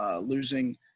losing